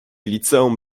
liceum